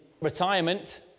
retirement